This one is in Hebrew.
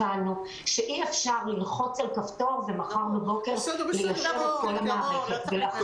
הבנו שאי אפשר ללחוץ על כפתור וממחר בבוקר ליישר את כל המערכת.